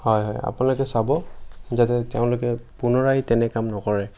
হয় হয় আপোনালোকে চাব যাতে তেওঁলোকে পুনৰাই তেনে কাম নকৰে